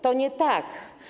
To nie tak.